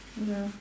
ya